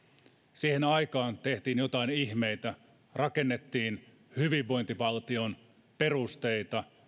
siihen aikaan tehtiin joitain ihmeitä rakennettiin hyvinvointivaltion perusteita